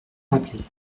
rappeler